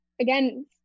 again